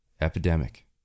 epidemic